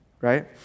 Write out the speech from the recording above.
right